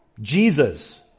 Jesus